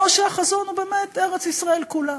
או שהחזון הוא באמת ארץ-ישראל כולה.